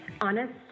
honest